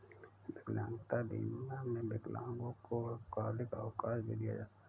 विकलांगता बीमा में विकलांगों को अल्पकालिक अवकाश भी दिया जाता है